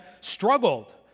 struggled